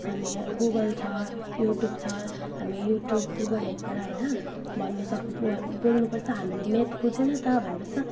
अनि गुगल छ युट्युब छ हामी युट्युब गुगलहरूबाट होइन भन्न सक बोल्नुपर्छ हामीले म्याथ बुझेन त भन्नुपर्छ